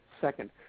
second